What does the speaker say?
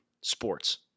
sports